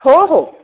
हो हो